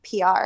PR